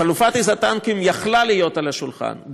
חלופת האיזוטנקים הייתה יכולה להיות על השולחן,